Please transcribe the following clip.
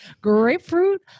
Grapefruit